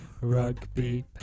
rugby